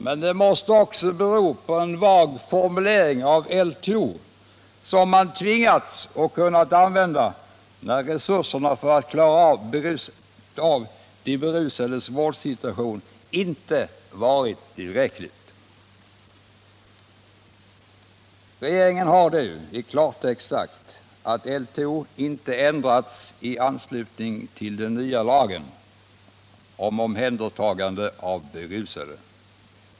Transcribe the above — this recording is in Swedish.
Men det måste också bero på en vag formulering av LTO, som man tvingats använda när resurserna för att klara av de berusades vårdsituation inte varit tillräckliga. Regeringen har nu i klartext sagt att LTO inte ändrats i anslutning till den nya lagen om omhändertagande av berusade.